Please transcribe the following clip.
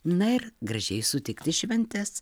na ir gražiai sutikti šventes